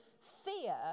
fear